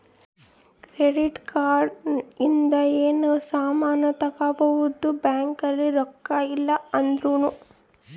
credit card ಇಂದ ಯೆನರ ಸಾಮನ್ ತಗೊಬೊದು ಬ್ಯಾಂಕ್ ಅಲ್ಲಿ ರೊಕ್ಕ ಇಲ್ಲ ಅಂದೃನು